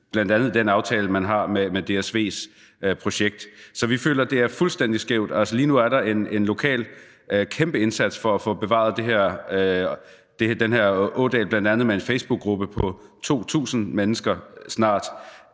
bl.a. i den aftale, man har, vedrørende DSV's projekt. Så vi føler, det er fuldstændig skævt. Altså, lige nu er der en lokal kæmpeindsats for at få bevaret den her ådal, bl.a. med en facebookgruppe på snart 2.000 mennesker.